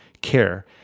care